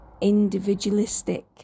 individualistic